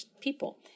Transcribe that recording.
people